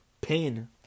Pain